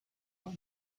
var